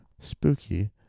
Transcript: Spooky